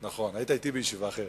נכון, היית אתי בישיבה אחרת.